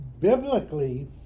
biblically